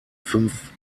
fünf